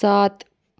सात